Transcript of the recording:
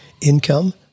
income